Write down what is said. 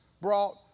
brought